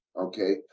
okay